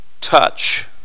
touch